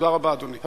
תודה רבה, אדוני.